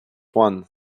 one